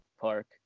Park